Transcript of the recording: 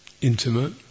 intimate